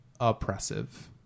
oppressive